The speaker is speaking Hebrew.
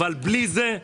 אבל בלי זה,